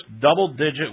double-digit